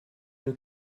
nous